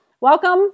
welcome